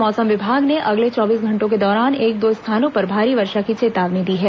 मौसम विभाग ने अगले चौबीस घंटों के दौरान एक दो स्थानों पर भारी वर्षा की चेतावनी दी है